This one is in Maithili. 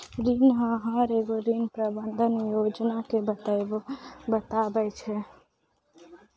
ऋण आहार एगो ऋण प्रबंधन योजना के बताबै छै